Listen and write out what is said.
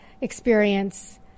experience